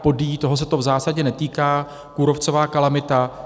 Podyjí, toho se to v zásadě netýká, kůrovcová kalamita.